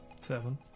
Seven